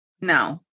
No